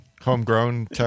Homegrown